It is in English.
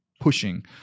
pushing